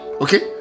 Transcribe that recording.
Okay